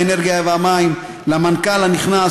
האנרגיה והמים: למנכ"ל הנכנס,